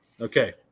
Okay